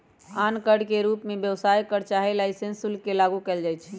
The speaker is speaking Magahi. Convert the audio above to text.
आन कर के रूप में व्यवसाय कर चाहे लाइसेंस शुल्क के लागू कएल जाइछै